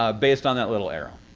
ah based on that little arrow.